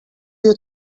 you